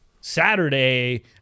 saturday